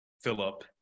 Philip